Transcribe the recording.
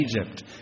Egypt